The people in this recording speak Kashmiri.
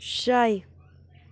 شےَ